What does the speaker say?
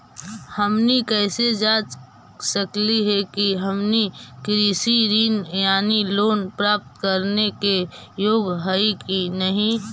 हमनी कैसे जांच सकली हे कि हमनी कृषि ऋण यानी लोन प्राप्त करने के योग्य हई कि नहीं?